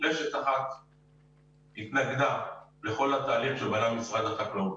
רשת אחת התנגדה לכל התהליך שבנה משרד החקלאות.